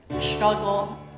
struggle